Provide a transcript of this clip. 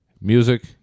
Music